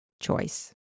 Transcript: choice